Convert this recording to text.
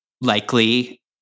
likely